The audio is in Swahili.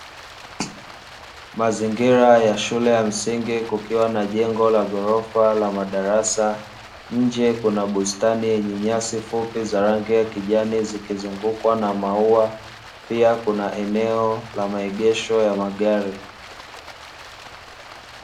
Mazingira ya shule ya msingi kukiwa na jengo la ghorofa la madarasa, nje kuna bustani yenye nyasi fupi za rangi ya kijani zikizungukwa na maua, pia kuna eneo la maegesho ya magari.